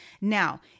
Now